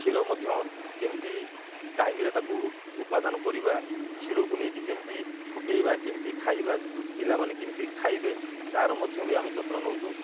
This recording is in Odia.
କ୍ଷୀର ମଧ୍ୟ କେମିତି ଟାଇମ୍ରେ ତାକୁ ଉପାଦାନ କରିବା କ୍ଷୀରକୁ ନେଇକି କେମିତି ଫୁଟାଇବା କେମିତି ଖାଇବା ପିଲାମାନେ କେମିତି ଖାଇବେ ତା'ର ମଧ୍ୟ ବି ଆମେ ଯତ୍ନ ନେଉଛୁ